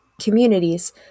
communities